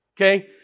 Okay